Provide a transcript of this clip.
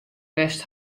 west